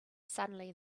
suddenly